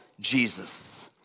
Jesus